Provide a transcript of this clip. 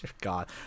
God